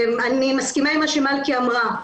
אני מסכימה עם מה שמלכי אמרה.